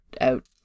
out